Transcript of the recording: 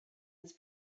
his